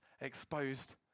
exposed